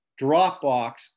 Dropbox